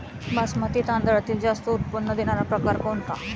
बासमती तांदळातील जास्त उत्पन्न देणारा प्रकार कोणता?